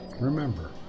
Remember